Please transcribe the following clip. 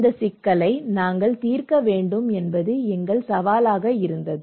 இந்த சிக்கலை நாங்கள் தீர்க்க வேண்டும் என்பது எங்கள் சவாலாக இருந்தது